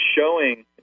showing